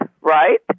right